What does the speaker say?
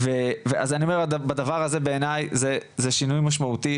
אז אני אומר בדבר הזה בעיניי זה שינוי משמעותי,